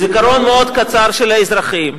זיכרון מאוד קצר של האזרחים,